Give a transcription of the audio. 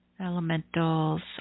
Elementals